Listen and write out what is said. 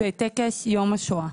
וטקס יום השואה.